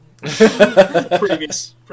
Previous